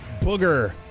Booger